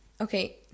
Okay